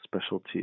specialty